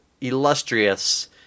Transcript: illustrious